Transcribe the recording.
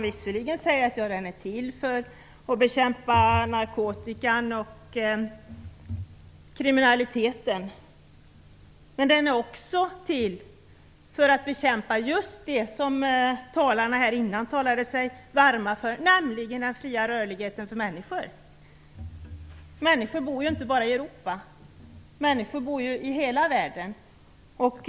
Visserligen säger man att den är till för att bekämpa narkotikan och kriminaliteten. Men den är också till för att bekämpa just det som tidigare talare talat sig varma för, nämligen den fria rörligheten för människor. Människor bor ju inte bara i Europa. Människor bor ju i hela världen.